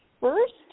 first